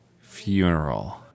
funeral